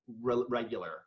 regular